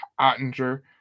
Ottinger